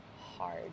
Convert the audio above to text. hard